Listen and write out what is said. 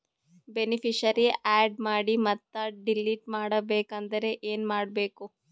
Beneficiary, add ಮಾಡಿ ಮತ್ತೆ delete ಮಾಡಬೇಕೆಂದರೆ ಏನ್ ಮಾಡಬೇಕು?